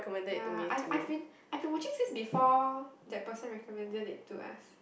ya I've I've been I've been watching since before that person recommended it to us